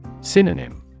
Synonym